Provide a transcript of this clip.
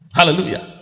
Hallelujah